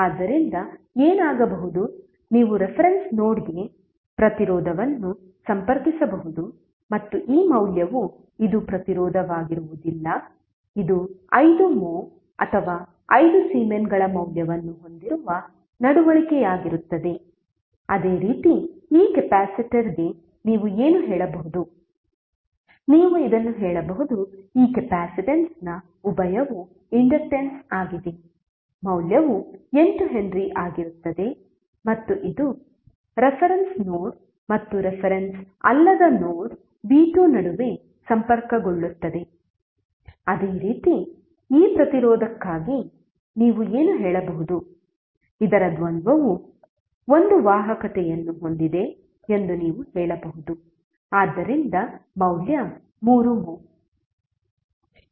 ಆದ್ದರಿಂದ ಏನಾಗಬಹುದು ನೀವು ರೆಫರೆನ್ಸ್ ನೋಡ್ಗೆ ಪ್ರತಿರೋಧವನ್ನು ಸಂಪರ್ಕಿಸಬಹುದು ಮತ್ತು ಈ ಮೌಲ್ಯವು ಇದು ಪ್ರತಿರೋಧವಾಗಿರುವುದಿಲ್ಲ ಇದು 5 ಮೊಹ್ ಅಥವಾ 5 ಸೀಮೆನ್ಗಳ ಮೌಲ್ಯವನ್ನು ಹೊಂದಿರುವ ನಡವಳಿಕೆಯಾಗಿರುತ್ತದೆ ಅದೇ ರೀತಿ ಈ ಕೆಪಾಸಿಟರ್ಗೆ ನೀವು ಏನು ಹೇಳಬಹುದು ನೀವು ಇದನ್ನು ಹೇಳಬಹುದು ಈ ಕೆಪಾಸಿಟನ್ಸ್ನ ಉಭಯವು ಇಂಡಕ್ಟನ್ಸ್ ಆಗಿದೆ ಮೌಲ್ಯವು 8 ಹೆನ್ರಿ ಆಗಿರುತ್ತದೆ ಮತ್ತು ಇದು ರೆಫರೆನ್ಸ್ ನೋಡ್ ಮತ್ತು ರೆಫರೆನ್ಸ್ ಅಲ್ಲದ ನೋಡ್ v2 ನಡುವೆ ಸಂಪರ್ಕಗೊಳ್ಳುತ್ತದೆ ಅದೇ ರೀತಿ ಈ ಪ್ರತಿರೋಧಕ್ಕಾಗಿ ನೀವು ಏನು ಹೇಳಬಹುದು ಇದರ ದ್ವಂದ್ವವು ಒಂದು ವಾಹಕತೆಯನ್ನು ಹೊಂದಿದೆ ಎಂದು ನೀವು ಹೇಳಬಹುದು ಆದ್ದರಿಂದ ಮೌಲ್ಯ 3 ಮೊಹ್